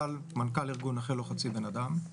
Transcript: מנכ"ל ארגון נכה לא חצי בן אדם.